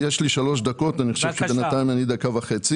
יש לי שלוש דקות ואני חושב שבינתיים אני מדבר דקה וחצי.